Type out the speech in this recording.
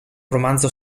romanzo